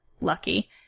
lucky